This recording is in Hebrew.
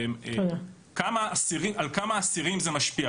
על כמה אסירים זה משפיע?